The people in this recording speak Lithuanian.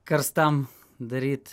karstam daryt